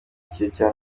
guhinduka